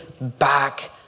back